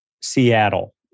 Seattle